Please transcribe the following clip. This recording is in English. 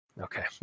Okay